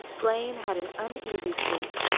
blaine had an uneasy sleep,